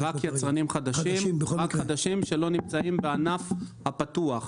רק יצרנים חדשים, שלא נמצאים בענף הפתוח.